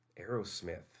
Aerosmith